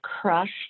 crushed